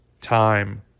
Time